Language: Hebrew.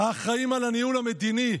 האחראים על הניהול המדיני,